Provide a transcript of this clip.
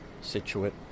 situate